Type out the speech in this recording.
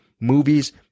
movies